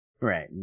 Right